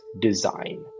design